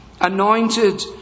anointed